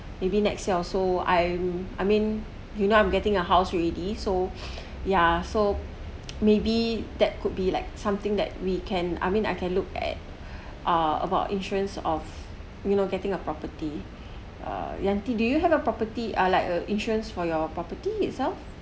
maybe next year also I'm I mean you know I'm getting a house already so yeah so maybe that could be like something that we can I mean I can look at uh about insurance of you know getting a property uh Yanti do you have a property ah like a insurance for your property itself